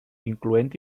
incloent